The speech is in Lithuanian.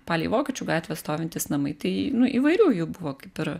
palei vokiečių gatvę stovintys namai tai nu įvairių jų buvo kaip ir